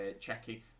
checking